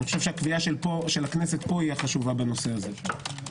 אני חושב שהקביעה של הכנסת פה היא החשובה בנושא הזה.